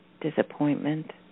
disappointment